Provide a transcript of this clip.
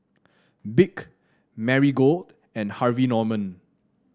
BIC Marigold and Harvey Norman